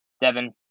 Devin